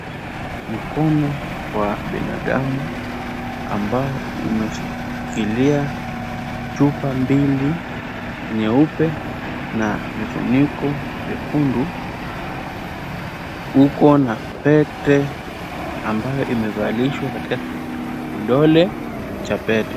Mkono wa binadamu ambao umeshikilia chupa mbili nyeupe na vifuniko vyekundu, uko na pete ambayo imevalishwa katika kidole cha pete.